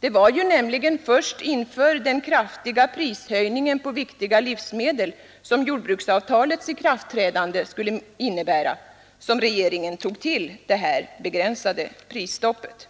Det var ju nämligen först inför den kraftiga prishöjningen på viktiga livsmedel, som jordbruksavtalets ikraftträdande skulle innebära, som regeringen tog till det begränsade prisstoppet.